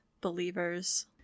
Believers